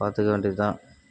பார்த்துக்க வேண்டியது தான்